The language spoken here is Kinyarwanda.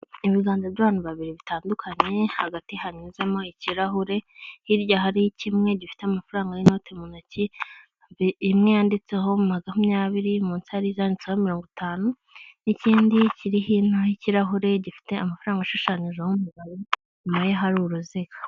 ibiganza by'abantu babiri bitandukanye hagati hanyuzemo ikirahure hirya hari kimwe gifite amafaranga y'inote mu ntoki imwe yanditseho 20 munsi handitseho 50 n'ikindi kiri hino y'kirarahure gifite amafaranga ashushanyije maye hari uruziga.